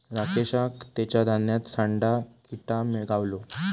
राकेशका तेच्या धान्यात सांडा किटा गावलो